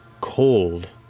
cold